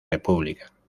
república